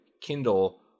Kindle